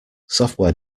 software